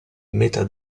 meta